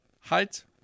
height